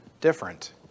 different